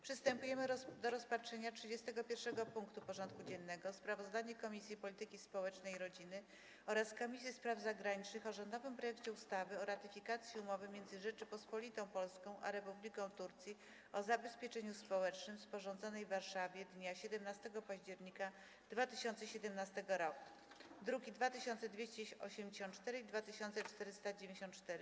Przystępujemy do rozpatrzenia punktu 31. porządku dziennego: Sprawozdanie Komisji Polityki Społecznej i Rodziny oraz Komisji Spraw Zagranicznych o rządowym projekcie ustawy o ratyfikacji Umowy między Rzecząpospolitą Polską a Republiką Turcji o zabezpieczeniu społecznym, sporządzonej w Warszawie dnia 17 października 2017 r. (druki nr 2284 i 2494)